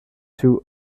two